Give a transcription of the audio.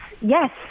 Yes